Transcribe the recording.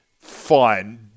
fine